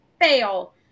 fail